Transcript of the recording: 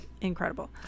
incredible